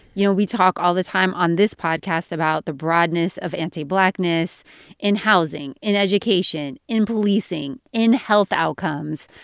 you know, we talk all the time on this podcast about the broadness of anti-blackness in housing, in education, in policing, in health outcomes,